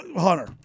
Hunter